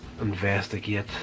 Investigate